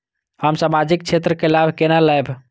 हम सामाजिक क्षेत्र के लाभ केना लैब?